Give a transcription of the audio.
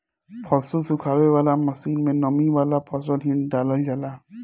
फसल सुखावे वाला मशीन में नमी वाला फसल ही डालल जाला